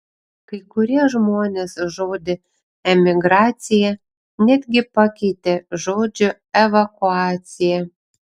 kai kurie žmonės žodį emigracija netgi pakeitė žodžiu evakuacija